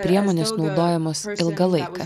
priemonės naudojamos ilgą laiką